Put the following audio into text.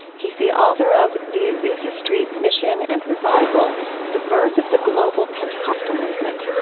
he is the author of the azusa street mission and revival the birth of the global pentecostal movement